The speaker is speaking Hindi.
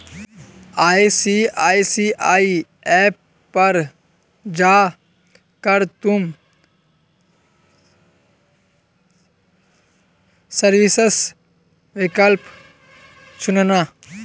आई.सी.आई.सी.आई ऐप पर जा कर तुम सर्विसेस विकल्प चुनना